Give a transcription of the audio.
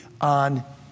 on